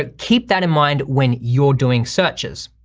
ah keep that in mind when you're doing searches.